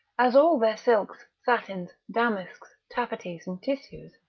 as all their silks, satins, damasks, taffeties and tissues?